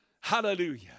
Hallelujah